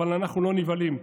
אבל אנחנו לא נבהלים.